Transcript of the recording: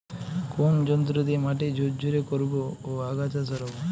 কোন যন্ত্র দিয়ে মাটি ঝুরঝুরে করব ও আগাছা সরাবো?